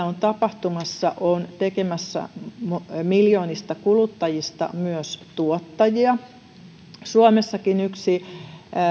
on tapahtumassa on tekemässä miljoonista kuluttajista myös tuottajia suomessakin yksi